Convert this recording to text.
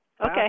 Okay